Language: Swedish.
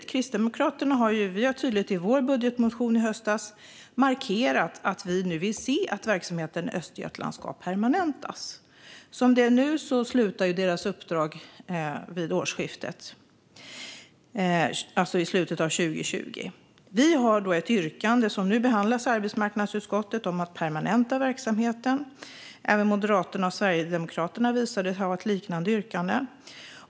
Vi i Kristdemokraterna markerade tydligt i vår budgetmotion i höstas att vi vill se att verksamheten i Östergötland permanentas. Som det är nu slutar deras uppdrag vid årsskiftet, det vill säga i slutet av 2020. Vi har ett yrkande, som nu behandlas i arbetsmarknadsutskottet, om att permanenta verksamheten. Även Moderaterna och Sverigedemokraterna visade sig ha ett liknande yrkande.